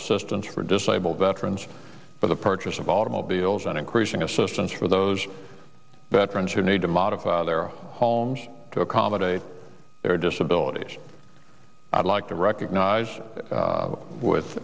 assistance for disabled veterans for the purchase of automobiles and increasing assistance for those veterans who need to modify their homes to accommodate their disabilities i'd like to recognize with